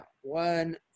one